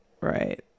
right